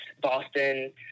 Boston